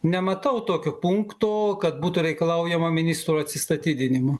nematau tokio punkto kad būtų reikalaujama ministro atsistatydinimo